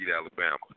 Alabama